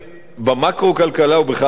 במקרו-כלכלה הוא בכלל לא שיבח,